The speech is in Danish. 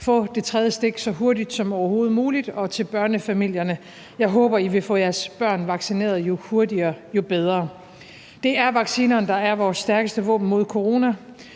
Få det tredje stik så hurtigt som overhovedet muligt. Og til børnefamilierne: Jeg håber, at I vil få jeres børn vaccineret – jo hurtigere, jo bedre. Det er vaccinerne, der er vores stærkeste våben mod corona,